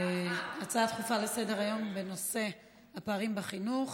הצעה דחופה לסדר-היום בנושא: הפערים בחינוך,